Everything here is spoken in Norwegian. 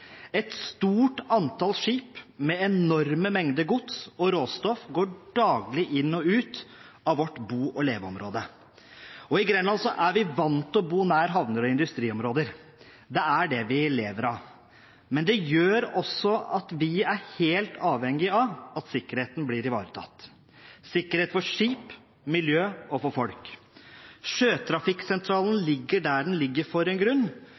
Et stort antall skip med enorme mengder gods og råstoff går daglig inn og ut av vårt bo- og leveområde. I Grenland er vi vant til å bo nær havner og industriområder. Det er det vi lever av. Men det gjør også at vi er helt avhengig av at sikkerheten blir ivaretatt ‒ sikkerhet for skip, for miljø og for folk. Sjøtrafikksentralen ligger der den ligger av en grunn,